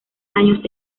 años